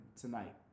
tonight